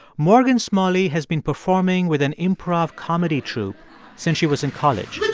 morgan smalley has been performing with an improv comedy troupe since she was in college